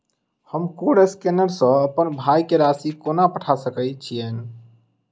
हम code scanner सँ अप्पन भाय केँ राशि कोना पठा सकैत छियैन?